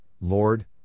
Lord